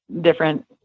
different